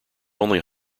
only